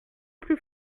plus